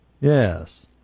Yes